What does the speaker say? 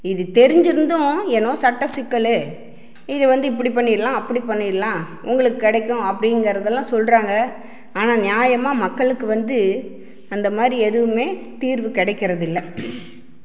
இது தெரிஞ்சிருந்தும் என்னவோ சட்டச்சிக்கல் இது வந்து இப்படி பண்ணிடலாம் அப்படி பண்ணிடலாம் உங்களுக்கு கிடைக்கும் அப்படிங்கிறதெல்லாம் சொல்கிறாங்க ஆனால் ஞாயமா மக்களுக்கு வந்து அந்த மாதிரி எதுவுமே தீர்வு கிடைக்கறதில்ல